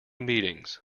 meetings